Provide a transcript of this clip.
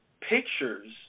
pictures